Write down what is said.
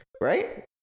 Right